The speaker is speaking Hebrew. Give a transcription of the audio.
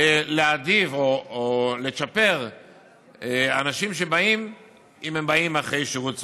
להעדיף או לצ'פר אנשים אם הם באים אחרי שירות צבאי.